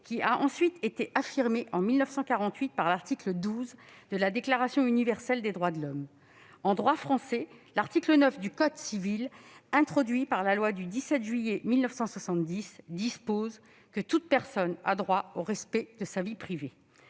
a ensuite été affirmée en 1948 dans l'article 12 de la Déclaration universelle des droits de l'homme. En droit français, l'article 9 du code civil, introduit par la loi du 17 juillet 1970, dispose :« Toute personne a droit au respect de sa vie privée.